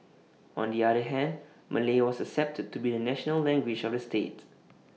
on the other hand Malay was accepted to be the national language of the state